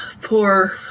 Poor